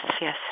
yes